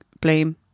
blame